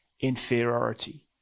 inferiority